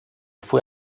fue